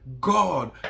God